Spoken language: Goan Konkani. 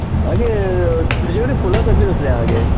आगे तुज्या कडेन फुलां कसलीं कसलीं हा गे